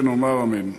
ונאמר אמן".